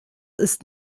ist